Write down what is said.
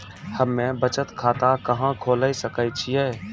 हम्मे बचत खाता कहां खोले सकै छियै?